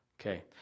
Okay